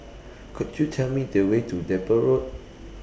Could YOU Tell Me The Way to Depot Road